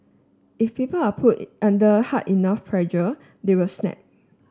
if people are put under hard enough pressure they will snap